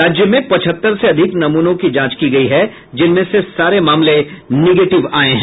राज्य में पचहत्तर से अधिक नमूनों की जांच की गयी है जिनमें से सारे मामले निगेटिव आये हैं